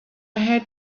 had